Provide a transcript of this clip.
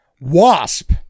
Wasp